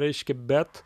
reiškia bet